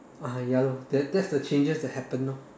ah ya lah that that's the changes that happen lor